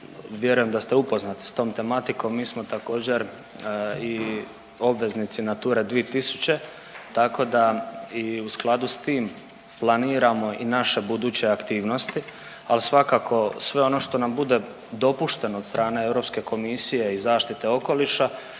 vjerujem da ste upoznati s tom tematikom, mi smo također i obveznici Nature 2000 tako da i u skladu s tim planiramo i naše buduće aktivnosti, al svakako sve ono što nam bude dopušteno od strane Europske komisije i zaštite okoliša